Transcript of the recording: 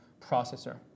processor